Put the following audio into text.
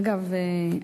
אגב,